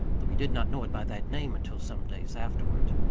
though he did not know it by that name until some days afterward.